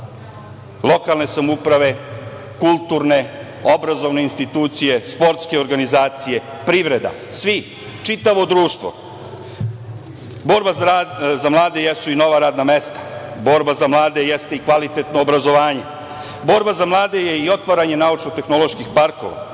lokalne samouprave, kulturne, obrazovne institucije, sportske organizacije, privreda, svi, čitavo društvo. Borba za mlade jesu i nova radna mesta. Borba za mlade jeste i kvalitetno obrazovanje. Borba za mlade je i otvaranje naučno-tehnološkog parka.